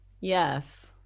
Yes